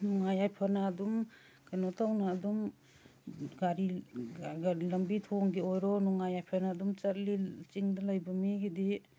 ꯅꯨꯡꯉꯥꯏ ꯌꯥꯏꯐꯅ ꯑꯗꯨꯝ ꯀꯩꯅꯣ ꯇꯧꯅ ꯑꯗꯨꯝ ꯒꯥꯔꯤ ꯂꯝꯕꯤ ꯊꯣꯡꯒꯤ ꯑꯣꯏꯔꯣ ꯅꯨꯡꯉꯥꯏ ꯌꯥꯏꯐꯅ ꯑꯗꯨꯝ ꯆꯠꯂꯤ ꯆꯤꯡꯗ ꯂꯩꯕ ꯃꯤꯒꯤꯗꯤ